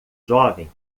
jovem